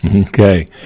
Okay